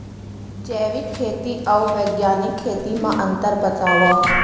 जैविक खेती अऊ बैग्यानिक खेती म अंतर बतावा?